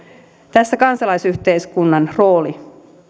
tässä kansalaisyhteiskunnan rooli